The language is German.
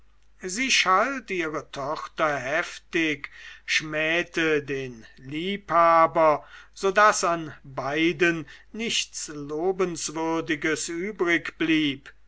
sie schalt ihre tochter heftig schmähte den liebhaber so daß an beiden nichts lobenswürdiges übrigblieb